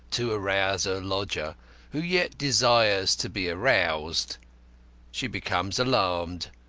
to arouse her lodger who yet desires to be aroused she becomes alarmed,